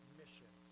mission